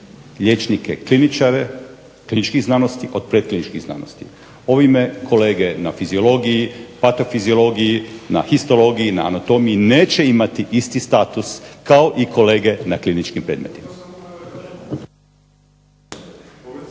liječnike kliničare, od kliničkih znanosti od predkliničkih znanosti. Ovime kolege na fiziologiji, patofiziologiji, na histologiji, na anatomiji neće imati isti status kao kolege na kliničkim predmetima.